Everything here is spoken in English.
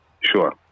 Sure